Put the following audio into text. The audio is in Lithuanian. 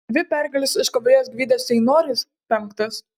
dvi pergales iškovojęs gvidas ceinorius penktas